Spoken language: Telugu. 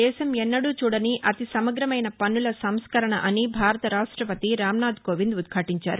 దేశం ఎన్నడూ చూడని అతి సమగ్రమైన పన్ను సంస్కరణ అని భారత రాష్టపతి రామ్నాథ్ కోవింద్ ఉద్ఘాటించారు